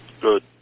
Good